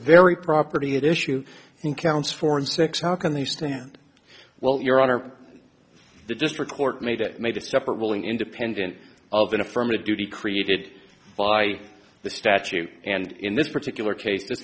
very property at issue in counts four and six how can the stand well your honor the district court made it made a separate ruling independent of an affirmative duty created by the statute and in this particular case